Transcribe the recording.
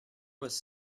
was